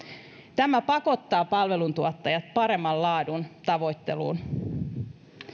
tämä pakottaa palveluntuottajat paremman laadun tavoitteluun